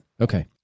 Okay